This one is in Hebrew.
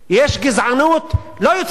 הגזענות מגיעה לדרום תל-אביב.